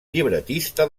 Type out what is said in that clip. llibretista